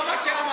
מה הקשר?